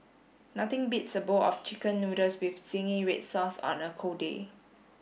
nothing beats a bowl of chicken noodles with zingy red sauce on a cold day